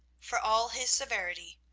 for all his severity,